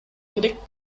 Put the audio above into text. керек